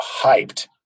hyped